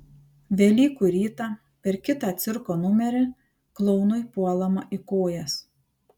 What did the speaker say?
velykų rytą per kitą cirko numerį klounui puolama į kojas